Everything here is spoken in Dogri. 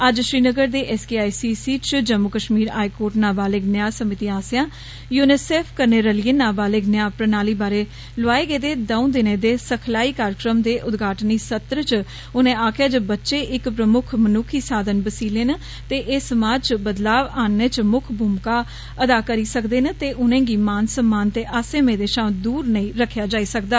अज्ज श्रीनगर दे S K I C C इच जम्मू कश्मीर हाई कोर्ट नाबालिग न्याऽ समीति आस्सेआ यूनीसफ कन्नै रलियै नाबालिग न्या प्रणाली बारै लोआए गेदे द'ऊं दिनें दे सिखलाई कार्यक्रम दे उद्घाटनी सत्र च उनें आक्खेआ जे बच्चे इक प्रमुख मनुक्खी साधन बसीले न ते एह् समाज च बदलाव आनने च मुक्ख भूमिका अदा करी सकदे न ते उनेंगी मान सम्मान ते आसें मेदें शा दूर नेई रक्खेआ जाई सकदा